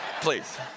Please